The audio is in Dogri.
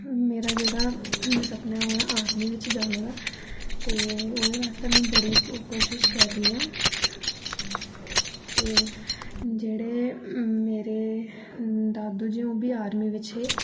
मेरा जेह्ड़ा सपना ऐ ओह् ऐ आर्मी बिच जाने दा ते ओह्दे बास्तै में बड़ी कोशिश कर रही आं ते जेह्ड़े मेरे दादू जी ओह् बी आर्मी बिच हे